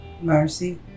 Mercy